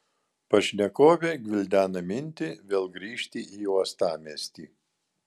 pašnekovė gvildena mintį vėl grįžti į uostamiestį